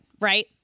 right